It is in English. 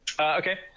Okay